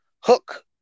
hook